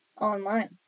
Online